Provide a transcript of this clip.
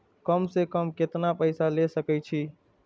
कम से कम केतना पैसा ले सके छी?